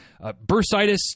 bursitis